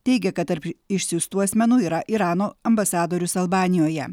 teigia kad tarp išsiųstų asmenų yra irano ambasadorius albanijoje